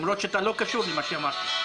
למרות שאתה לא קשור למה שאמרתי.